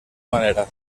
manera